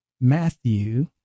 Matthew